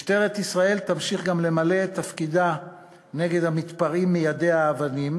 משטרת ישראל תמשיך למלא את תפקידה נגד המתפרעים מיידי האבנים,